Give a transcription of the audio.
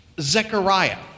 Zechariah